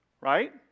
right